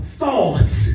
thoughts